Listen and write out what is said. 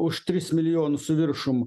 už tris milijonus su viršum